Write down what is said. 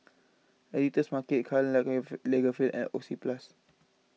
the Editor's Market Karl Lagerfeld and Oxyplus